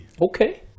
Okay